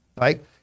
right